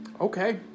okay